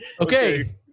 Okay